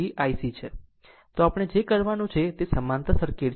તો આપણે જે કરવાનું છે તે સમાંતર સર્કિટ છે